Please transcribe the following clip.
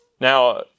Now